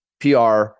PR